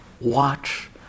watch